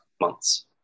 months